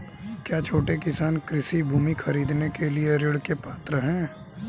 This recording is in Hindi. क्या छोटे किसान कृषि भूमि खरीदने के लिए ऋण के पात्र हैं?